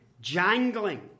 jangling